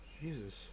Jesus